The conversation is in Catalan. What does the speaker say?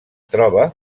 troba